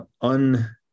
un-